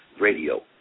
Radio